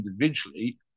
individually